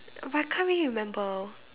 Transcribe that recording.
but I can't really remember